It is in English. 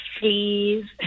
please